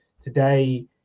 Today